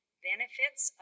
benefits